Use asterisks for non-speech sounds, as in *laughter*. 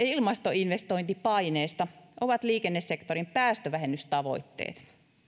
*unintelligible* ilmastoinvestointipaineesta ovat liikennesektorin päästövähennystavoitteet